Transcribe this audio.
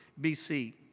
BC